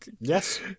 Yes